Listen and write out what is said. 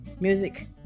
Music